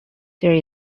there